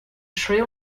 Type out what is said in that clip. sri